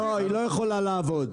לא, היא לא יכולה לעבוד.